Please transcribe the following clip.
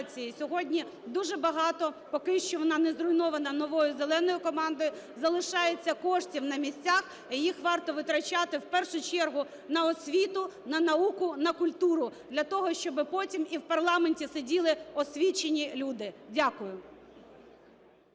сьогодні дуже багато, поки що вона не зруйнована новою "зеленою" командою, залишається коштів на місцях. І їх варто витрачати, в першу чергу, на освіту, на науку, на культуру, для того, щоби потім і в парламенті сиділи освічені люди. Дякую.